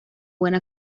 buena